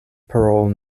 parole